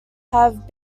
have